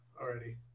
already